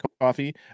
coffee